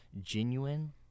genuine